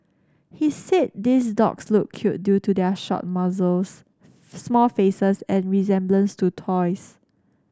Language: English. he said these dogs look cute due to their short muzzles small faces and resemblance to toys